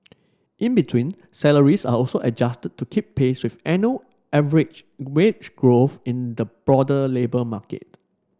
in between salaries are also adjusted to keep pace with annual average wage growth in the broader labour market